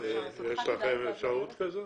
יש לכם אפשרות כזאת?